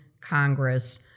Congress